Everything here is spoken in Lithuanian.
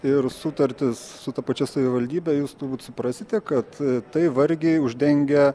ir sutartis su ta pačia savivaldybe jūs turbūt suprasite kad tai vargiai uždengia